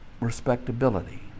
Respectability